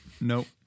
Nope